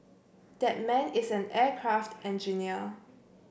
that man is an aircraft engineer